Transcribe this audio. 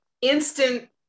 instant